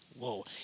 Whoa